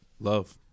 Love